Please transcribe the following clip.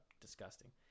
disgusting